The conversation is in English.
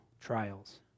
trials